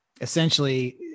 essentially